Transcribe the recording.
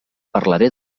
parlaré